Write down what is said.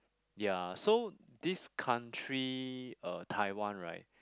ya so this country uh Taiwan right